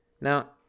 Now